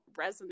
resonate